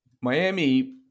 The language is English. Miami